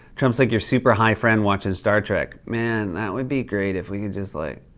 trump's like your super high friend watchin' star trek. man, that would be great, if we could just like